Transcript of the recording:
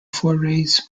forays